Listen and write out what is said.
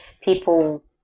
people